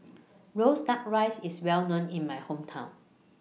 Roasted Duck Rice IS Well known in My Hometown